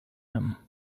him